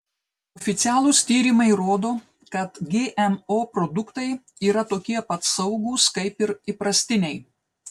oficialūs tyrimai rodo kad gmo produktai yra tokie pat saugūs kaip ir įprastiniai